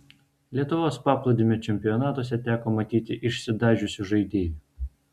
lietuvos paplūdimio čempionatuose teko matyti išsidažiusių žaidėjų